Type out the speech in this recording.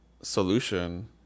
solution